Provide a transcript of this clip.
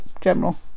general